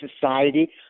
society